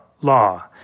Law